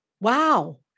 wow